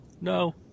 No